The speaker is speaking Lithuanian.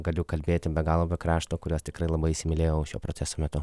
galiu kalbėti be galo be krašto kuriuos tikrai labai įsimylėjau šio proceso metu